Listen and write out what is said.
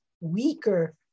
weaker